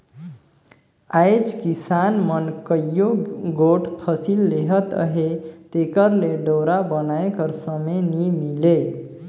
आएज किसान मन कइयो गोट फसिल लेहत अहे तेकर ले डोरा बनाए कर समे नी मिले